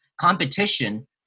competition